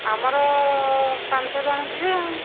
ଆମର ପାଞ୍ଚଜଣ ଯିବେ ଆଉ